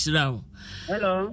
Hello